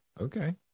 Okay